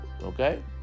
Okay